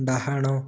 ଡାହାଣ